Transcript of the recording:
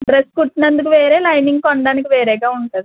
dress కుట్టినందుకు వేరే lining కొనడానికి వేరేగా ఉంటుందండి